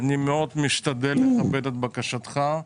ואני מאוד אשתדל לכבד את בקשתך,